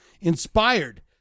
inspired